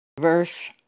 verse